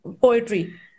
poetry